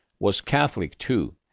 was catholic too.